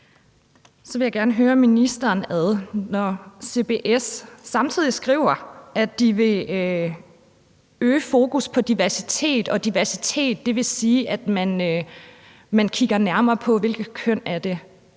Så vil jeg gerne høre ministeren ad: Når CBS samtidig skriver, at de vil øge fokus på diversitet, og diversitet vil sige, at man kigger nærmere på, hvilke køn det